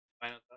final